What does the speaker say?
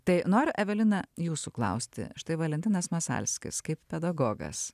tai noriu evelina jūsų klausti štai valentinas masalskis kaip pedagogas